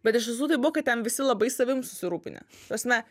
bet iš tiesų tai buvo kad ten visi labai savim susirūpinę ta prasme